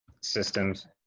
systems